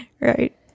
Right